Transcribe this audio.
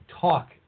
talk